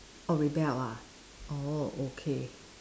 oh rebelled ah oh okay